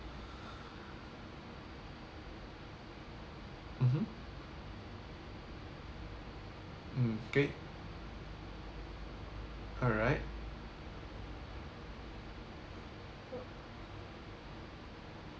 mmhmm mm great alright